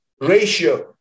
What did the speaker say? ratio